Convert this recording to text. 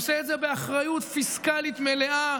עושה את זה באחריות פיסקלית מלאה,